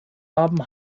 haben